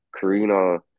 Karina